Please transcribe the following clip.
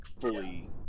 fully